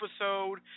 episode